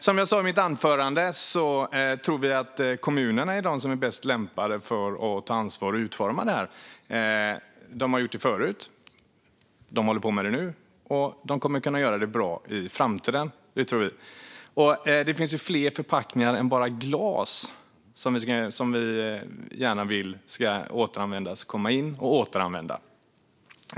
Som jag sa i mitt anförande tror vi att det är kommunerna som är mest lämpade för att ta ansvar för att utforma det här. De har gjort det förut, de håller på med det nu och vi tror att de kommer att kunna göra det bra i framtiden. Det finns ju fler förpackningar än bara glas som vi gärna vill ska komma in och återanvändas.